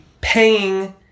paying